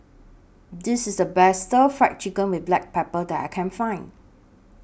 This IS The Best Stir Fried Chicken with Black Pepper that I Can Find